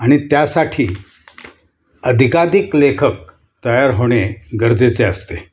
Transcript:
आणि त्यासाठी अधिकाधिक लेखक तयार होणे गरजेचे असते